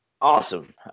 Awesome